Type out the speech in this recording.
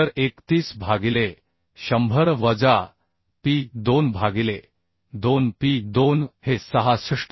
तर 31 भागिले 100 वजा P2 भागिले 2 P2 हे 66